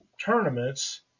tournaments